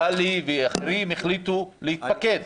טלי ואחרים החליטו להתפקד,